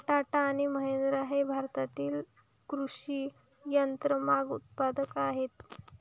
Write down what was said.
टाटा आणि महिंद्रा हे भारतातील कृषी यंत्रमाग उत्पादक आहेत